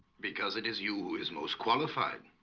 because it is you is most qualified.